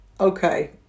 okay